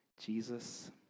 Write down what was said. Jesus